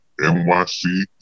NYC